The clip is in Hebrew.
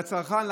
לצרכן,